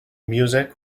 music